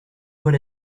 put